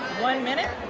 one minute.